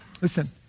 Listen